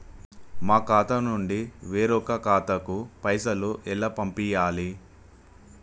మా ఖాతా నుండి వేరొక ఖాతాకు పైసలు ఎలా పంపియ్యాలి?